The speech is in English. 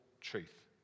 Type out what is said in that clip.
truth